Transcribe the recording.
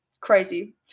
crazy